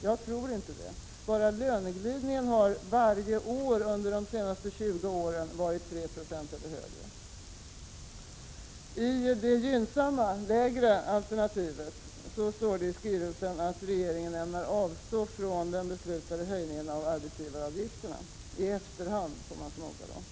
Det tror inte jag. Bara löneglidningen har varje år under de senaste 20 åren varit 3 96 eller högre. I det gynnsamma lägre alternativet i skrivelsen ämnar regeringen avstå från den beslutade höjningen av arbetsgivaravgifterna — i efterhand, förmodar jag.